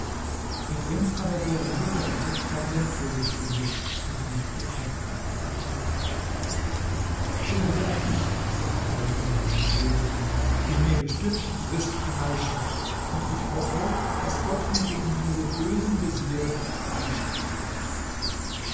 der prinz aber wurde nur gerettet weil seine todesstunde noch nicht gekommen war so werde auch ich sagte der jüngling zum könig die mir bestimmte frist erreichen und ich hoffe daß gott mir gegen diese bösen veziere beistehen wird